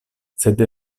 sed